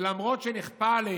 ולמרות שנכפה עלינו,